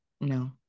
No